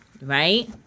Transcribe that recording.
right